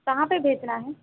कहाँ पर भेजना है